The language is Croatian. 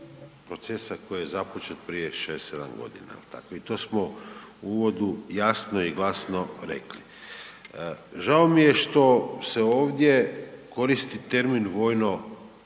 procesa koji je započet prije 6-7.g., jel tako, i to smo u uvodu jasno i glasno rekli. Žao mi je što se ovdje koristi termin „vojno